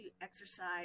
exercise